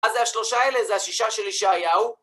אז השלושה האלה זה השישה שלי ישעיהו.